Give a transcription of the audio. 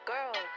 Girl